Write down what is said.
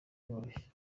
iroroshye